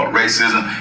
racism